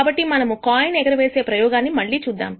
కాబట్టి మనము కాయిన్ ఎగరవేసే ప్రయోగాన్ని మళ్లీ చూద్దాం